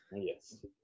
Yes